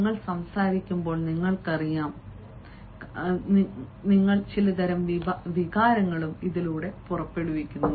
നിങ്ങൾ സംസാരിക്കുമ്പോൾ നിങ്ങൾക്കറിയാം കാരണം നിങ്ങൾ വികാരങ്ങൾ ഇടുന്നു